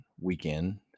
weekend